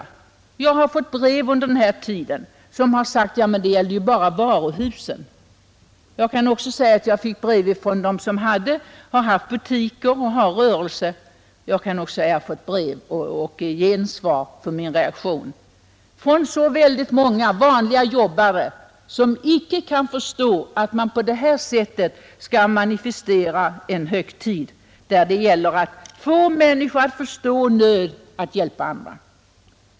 Jag har under mellantiden fått brev där det sägs att det gäller ju bara varuhus, men jag har också fått brev från dem som har butiker eller rörelser. Jag har från alla dessa fått ett kraftigt gensvar på min reaktion. Jag har också fått brev från vanliga jobbare, som inte kan förstå att man på detta sätt skall manifestera en högtid vid en socialhögskola, där det gäller att få människor att förstå nöd, att hjälpa andra.